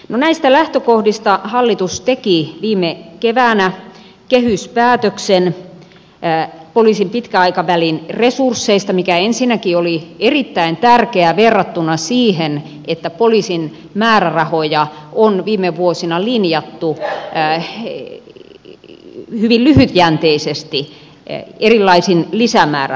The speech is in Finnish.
no näistä lähtökohdista hallitus teki viime keväänä kehyspäätöksen poliisin pitkän aikavälin resursseista mikä ensinnäkin oli erittäin tärkeä verrattuna siihen että poliisin määrärahoja on viime vuosina linjattu hyvin lyhytjänteisesti erilaisin lisämäärärahoin